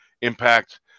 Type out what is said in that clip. Impact